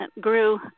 grew